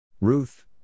Ruth